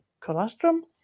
colostrum